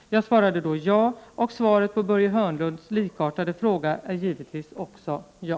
Jag svarade då ja, och svaret på Börje Hörnlunds likartade fråga är givetvis också ja!